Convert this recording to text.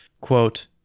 Quote